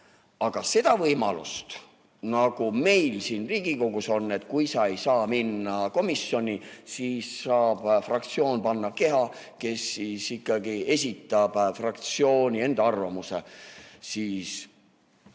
Aga seda võimalust, nagu meil siin Riigikogus on, et kui sa ei saa minna komisjoni, siis saab fraktsioon [sinna saata] keha, kes esitab fraktsiooni arvamuse. Nii